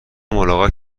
ملاقات